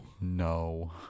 No